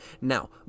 Now